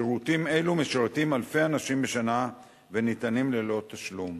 שירותים אלו משרתים אלפי אנשים בשנה וניתנים ללא תשלום.